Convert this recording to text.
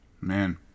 Man